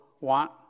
want